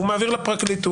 הוא מעביר לפרקליטות.